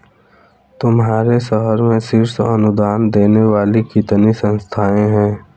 तुम्हारे शहर में शीर्ष अनुदान देने वाली कितनी संस्थाएं हैं?